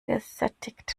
gesättigt